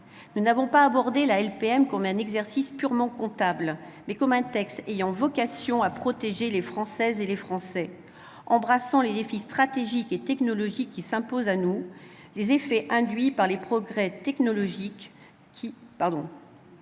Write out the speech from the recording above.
Nous avons abordé la LPM non pas comme un exercice purement comptable, mais comme un texte ayant vocation à protéger les Françaises et les Français. Embrassant les défis stratégiques et technologiques qui s'imposent à nous, les effets induits par les progrès technologiques qui y sont